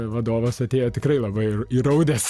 vadovas atėjo tikrai labai į įraudęs